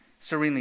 serenely